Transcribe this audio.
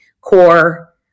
core